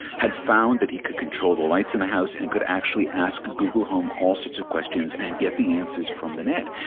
had found that he could control the lights in the house and could actually ask google home all sorts of questions and get the answers from the net.